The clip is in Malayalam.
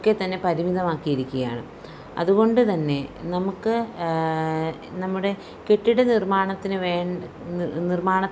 ഒക്കെ തന്നെ പരിമിധമാക്കിയിരിക്കുകയാണ് അതുകൊണ്ട് തന്നെ നമുക്ക് നമ്മുടെ കെട്ടിട നിർമ്മാണത്തിന് വേണ്ട നിർമ്മാണം